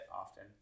often